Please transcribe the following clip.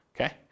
okay